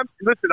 listen